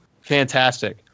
fantastic